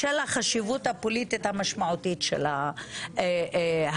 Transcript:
בשל החשיבות הפוליטית המשמעותית של ההכרזה.